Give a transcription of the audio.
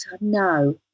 no